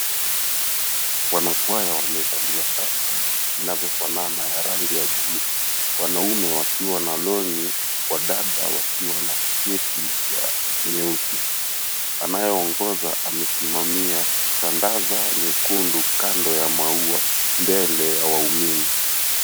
Wanakwaya wamevalia shati zinazofanana ya rangi ya buluu. Wanaume wakiwa na longi, wadada wakiwa na sketi ya nyeusi. Anayeongoza amesimamia tandaza nyekundu, kando ya maua, mbele ya waumini.